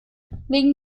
wegen